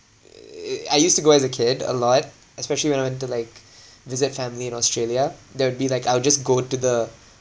I used to go as a kid a lot especially when I went to like visit family in australia there would be like I would just go to the